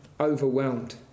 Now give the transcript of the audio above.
Overwhelmed